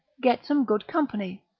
get some good company.